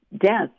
death